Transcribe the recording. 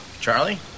Charlie